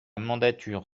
mandature